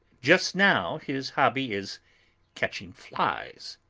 just now his hobby is catching flies.